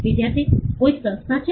વિદ્યાર્થી કોઈ સંસ્થા છે